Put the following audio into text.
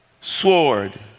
sword